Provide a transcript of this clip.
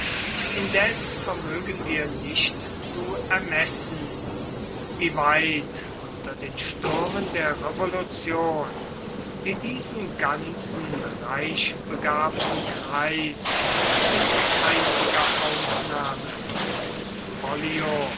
indes vermögen wir nicht zu ermessen wie weit unter den stürmen der revolution die diesen ganzen reichbegabten kreis mit einziger ausnahme des